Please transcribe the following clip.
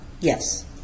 yes